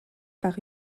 par